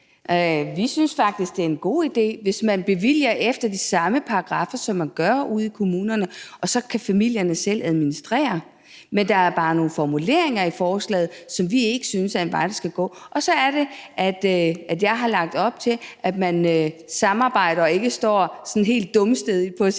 Vi synes faktisk, det er en god idé, hvis man bevilger efter de samme paragraffer, som man gør ude i kommunerne, og at familierne så selv kan administrere det. Men der er bare nogle formuleringer i forslaget, som peger en vej, som vi ikke synes man skal gå, og så er det, at jeg har lagt op til, at man samarbejder og ikke bare sådan helt dumstædig står